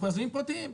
אנחנו אנשים פרטיים.